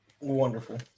wonderful